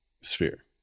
sphere